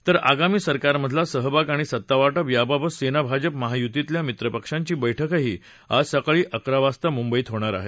तर आगामी सरकारमधला सहभाग आणि सत्तावाटप याबाबत सेना भाजप महायूतीतल्या मित्रपक्षांची बैठकही आज सकाळी अकरा वाजता मुंबईत होणार आहे